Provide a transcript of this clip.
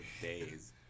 days